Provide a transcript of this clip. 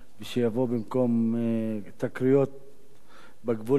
במקום תקריות בגבול עם ניצנה,